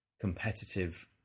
competitive